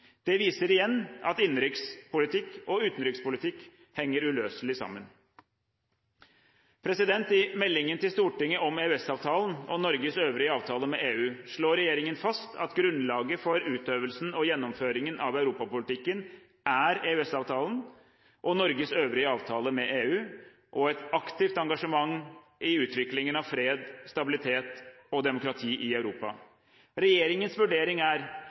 Det viser igjen at innenrikspolitikk og utenrikspolitikk henger uløselig sammen. I meldingen til Stortinget om EØS-avtalen og Norges øvrige avtaler med EU slår regjeringen fast at grunnlaget for utøvelsen og gjennomføringen av europapolitikken er EØS-avtalen og Norges øvrige avtaler med EU og et aktivt engasjement i utviklingen av fred, stabilitet og demokrati i Europa. Regjeringens vurdering er